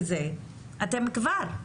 זה כבר.